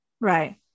Right